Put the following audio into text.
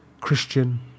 Christian